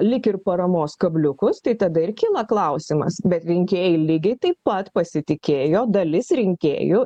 lyg ir paramos kabliukus tai tada ir kyla klausimas bet rinkėjai lygiai taip pat pasitikėjo dalis rinkėjų